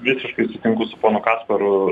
visiškai sutinku su ponu kasparu